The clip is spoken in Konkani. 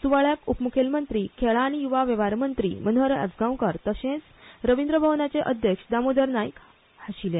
स्वाळ्याक उपम्खेलमंत्री खेळां आनी य्वा वेव्हार मंत्री मनोहर आजगांवकार तशेच रविंद्र भवनाचे अध्यक्ष दामोदर नायक आशिल्ले